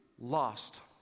lost